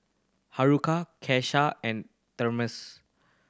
Haruko Kesha and Damars